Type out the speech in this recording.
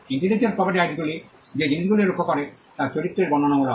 intellectual property রাইটসগুলি যে জিনিসগুলিকে রক্ষা করে তার চরিত্রের বর্ণনামূলক